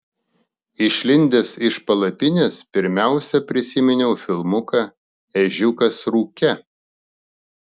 išlindęs iš palapinės pirmiausia prisiminiau filmuką ežiukas rūke